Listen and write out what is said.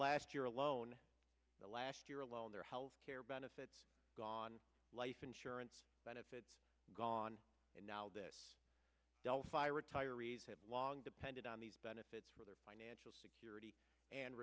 last year alone last year alone their health care benefits gone life insurance benefits gone and now this delphi retirees have long depended on these benefits for their financial security and